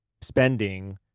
spending